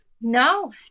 No